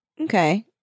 Okay